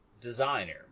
Designer